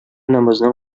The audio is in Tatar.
намаздан